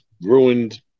ruined